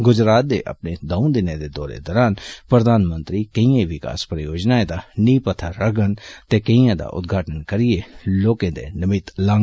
गुजरात दे अपने दो दिन दे दौरे दौरान प्रधानमंत्री केइएं विकास परियोनाएं दी नींह पत्थर रक्खङन ते केइएं दा उदघाटन करियै लोकें दे नमित लांगन